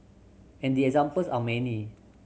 and the examples are many